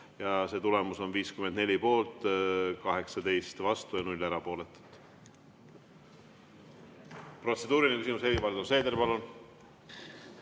– ja tulemus on 54 poolt, 18 vastu ja 0 erapooletut.